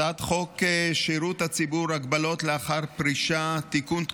הצעת חוק שירות הציבור (הגבלות לאחר פרישה) (תיקון,